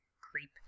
creep